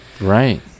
Right